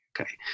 okay